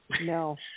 No